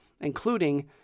including